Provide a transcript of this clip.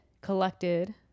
collected